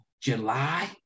July